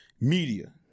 media